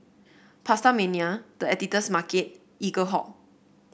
PastaMania The Editor's Market Eaglehawk